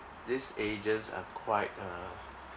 these agents are quite uh